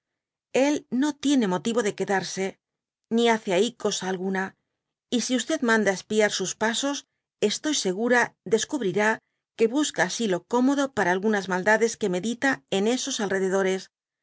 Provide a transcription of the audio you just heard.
él no tiene mótíto de qiiedarse ni hace ai cosa alguna y si manda espiar sus psisos estoy segura descotirirá que busca asilo cómodo para tilgünas maldades que medita en esos alredores